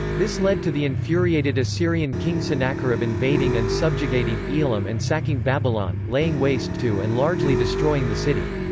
this led to the infuriated assyrian king sennacherib invading and subjugating elam and sacking babylon, laying waste to and largely destroying the city.